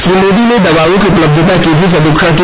श्री मोदी ने दवाओं की उपलब्धता की भी समीक्षा की